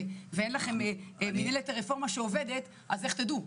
ואין לכם מינהלת הרפורמה שעובדת אז איך תדעו?